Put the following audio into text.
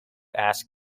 ask